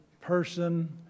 person